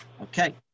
Okay